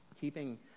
Keeping